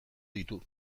ditu